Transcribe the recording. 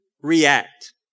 react